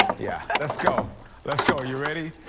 yeah let's go let's go you're ready.